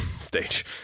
stage